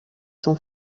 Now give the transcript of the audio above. son